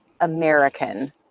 American